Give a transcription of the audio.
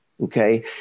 Okay